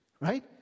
right